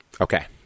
Okay